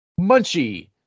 Munchie